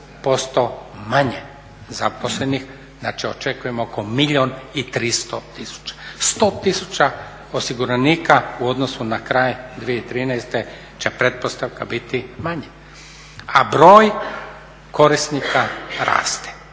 manje zaposlenih, znači očekujemo oko milijun i 300 tisuća. 100 tisuća osiguranika u odnosu na kraj 2013. će pretpostavka biti manje, a broj korisnika raste.